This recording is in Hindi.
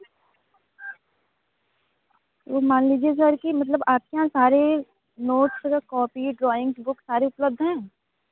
वह मान लीजिए सर कि मतलब आप के यहाँ सारे नोट्स मतलब कोपिए ड्राइंग की बुक्स सारी उपलब्ध हैं